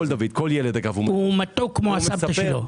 מתוק כמו הסבתא שלו.